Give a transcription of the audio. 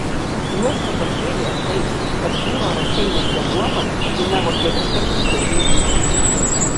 nuostabą kėlė tai kad biuro raseiniuose nuoma kainavo kelis kartus daugiau nei vilniuje